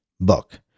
book